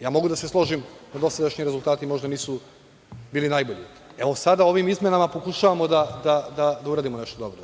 Ja mogu da se složim da dosadašnji rezultati možda nisu bili najbolji. Sada ovim izmenama pokušavamo da uradimo nešto dobro,